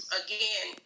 again